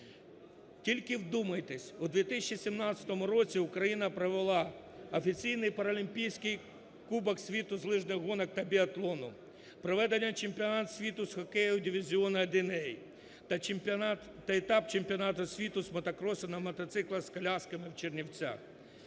Тільки вдумайтесь: у 2017 році Україна провела офіційний Параолімпійський кубок світу з лижних гонок та біатлону, проведення Чемпіонату світу з хокею "Дивізіону 1-А" та етап Чемпіонату світу з мотокросу на мотоциклах з колясками в Чернівцях.